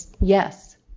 Yes